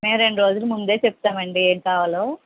మేము రెండు రోజులు ముందే చెప్తామండీ ఎంకావాలో